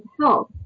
Health